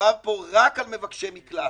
מדובר פה רק במבקשי מקלט.